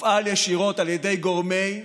מופעל ישירות על ידי גורמי ימין,